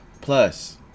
plus